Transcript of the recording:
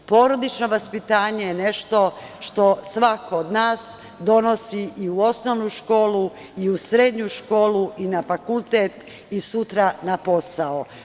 Porodično vaspitanje je nešto što svako od nas donosi i u osnovnu i srednju školu i na fakultet i sutra na posao.